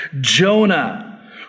Jonah